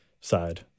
side